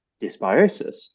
dysbiosis